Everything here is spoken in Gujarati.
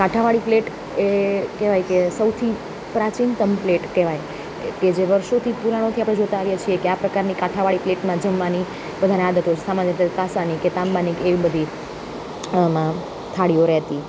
કાંઠાવાળી પ્લેટ એ કહેવાય કે સૌથી પ્રાચીનતમ પ્લેટ કહેવાય કે જે વર્ષોથી પુરાણોથી આપણે જોતા આવ્યા છે કે કે આ પ્રકારે કાંઠાવાળી પ્લેટમાં જમવાથી બધાને આદત હોય સામાન્ય રીતે કાંસાની તાંબાની કે એ બધી આમાં થાળીઓ રહેતી